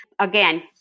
again